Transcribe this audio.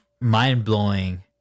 mind-blowing